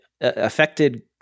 Affected